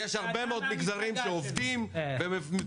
-- שיש הרבה מאוד מגזרים שעובדים ומתפרנסים